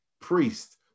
priest